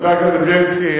חבר הכנסת בילסקי,